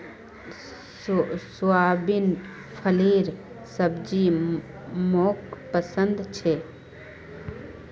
soybean फलीर सब्जी मोक पसंद छे